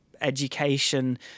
education